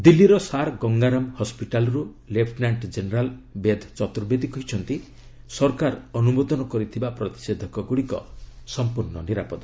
ଦିଲ୍ଲୀର ସାର୍ ଗଙ୍ଗାରାମ ହସ୍କିଟାଲରୁ lieutenant general Ved Chaturvedi କହିଛନ୍ତି ସରକାର ଅନୁମୋଦନ କରିଥିବା ପ୍ରତିଷେଧକ ଗୁଡ଼ିକ ସମ୍ପୂର୍ଣ୍ଣ ନିରାପଦ